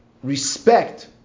respect